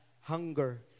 hunger